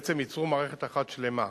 בעצם ייצרו מערכת אחת שלמה.